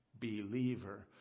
Believer